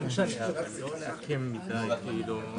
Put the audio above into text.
אני מבקש להעביר תשובה מפורטת.